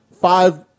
five